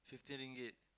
fifty ringgit